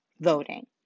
voting